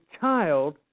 child